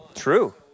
True